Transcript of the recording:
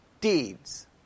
deeds